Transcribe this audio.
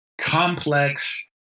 complex